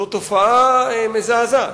זו תופעה מזעזעת.